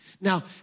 Now